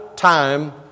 time